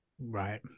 Right